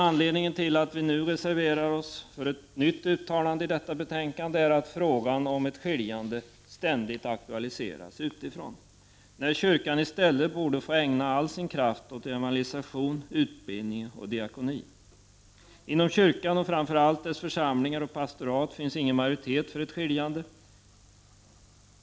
Anledningen till att vi nu reserverar oss för ett nytt uttalande i detta betänkande är att frågan om ett skiljande ständigt aktualiseras utifrån. Kyrkan borde i stället få ägna all sin kraft åt evangelisation, utbildning och diakoni. Inom kyrkan och framför allt inom dess församlingar och pastorat finns ingen majoritet för ett skiljande.